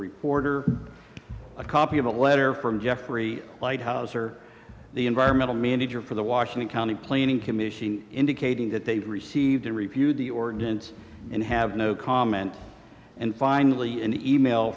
reporter a copy of a letter from jeffrey white house or the environmental manager for the washington county planning commission indicating that they received and review the ordinance and have no comment and finally an e mail